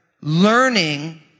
learning